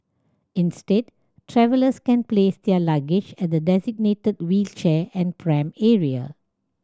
instead travellers can place their luggage at the designated wheelchair and pram area